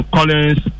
Collins